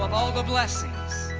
um all the blessings,